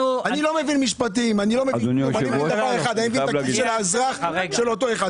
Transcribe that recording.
מבין משפטים, אני מבין בכיס של אותו אחד.